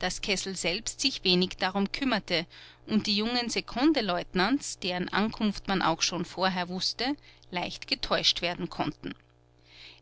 daß kessel selbst sich wenig darum kümmerte und die jungen sekondeleutnants deren ankunft man auch schon vorher wußte leicht getäuscht werden konnten